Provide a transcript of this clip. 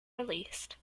released